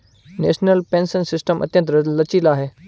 national pension system अत्यंत लचीला है